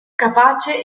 capace